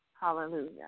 Hallelujah